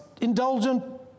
indulgent